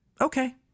okay